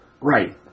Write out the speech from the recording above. Right